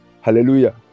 Hallelujah